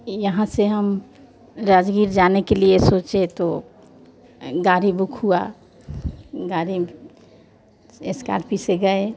यहाँ से हम राजगीर जाने के लिए सोचे तो गाड़ी बुक हुआ गाड़ी इस्कारिपी से गए